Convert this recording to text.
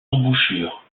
embouchure